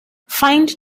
find